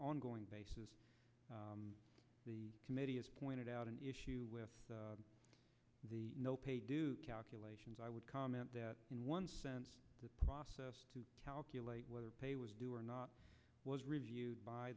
ongoing basis the committee has pointed out an issue with the no pay do calculations i would comment that in one sense the process to calculate whether pay was due or not was reviewed by